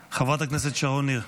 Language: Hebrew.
חברת הכנסת שרון ניר,